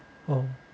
oh